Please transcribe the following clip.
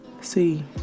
See